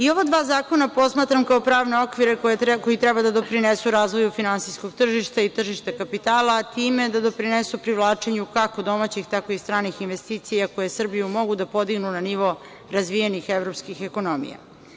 Ova dva zakona posmatram kao pravne okvire koji treba da doprinesu razvoju finansijskog tržišta i tržišta kapitala, a time i da doprinesu privlačenju kako domaćih tako i stranih investicija koje Srbiju mogu da podignu na nivo razvijenih evropskih ekonomija.